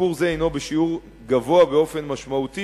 שיפור זה הינו בשיעור גבוה באופן משמעותי